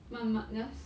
慢慢 just